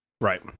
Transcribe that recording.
right